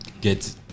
get